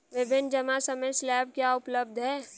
विभिन्न जमा समय स्लैब क्या उपलब्ध हैं?